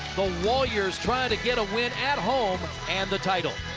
the warriors trying to get a win at home and the title.